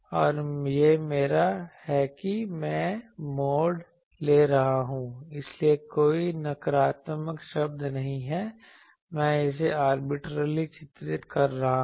और यह मेरा है कि मैं मॉड ले रहा हूं इसलिए कोई नकारात्मक शब्द नहीं है मैं इसे आर्बिट्रेरीली चित्रित कर रहा हूं